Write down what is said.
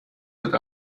wird